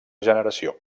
generació